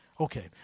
Okay